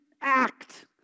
act